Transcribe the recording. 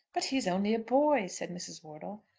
but he is only a boy, said mrs. wortle.